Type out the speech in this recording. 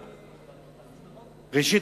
ראשית,